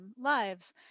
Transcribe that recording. lives